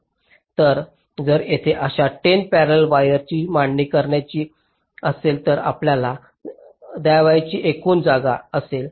तर जर तेथे अशा 10 पॅरेलाल वायर्स ची मांडणी करायची असेल तर आपल्याला द्यावयाची एकूण जागा असेल